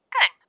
Good